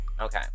okay